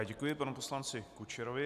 Děkuji panu poslanci Kučerovi.